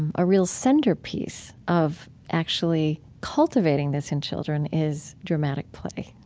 a real centerpiece of actually cultivating this in children is dramatic play.